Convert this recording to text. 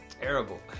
terrible